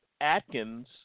Atkins